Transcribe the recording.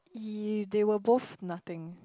y~ they were both nothing